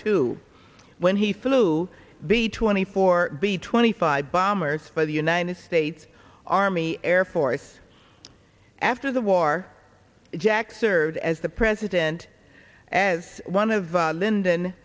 two when he flew the twenty four b twenty five bombers for the united states army air force after the war jack served as the president as one of lyndon